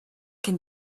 can